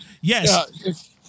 yes